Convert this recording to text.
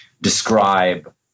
describe